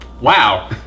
wow